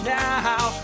now